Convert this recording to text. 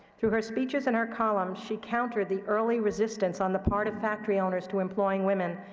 through her speeches and her columns, she countered the early resistance on the part of factory owners to employing women.